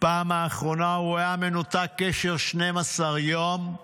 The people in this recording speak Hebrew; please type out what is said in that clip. בפעם האחרונה הוא היה מנותק קשר 12 יום.